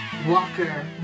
Walker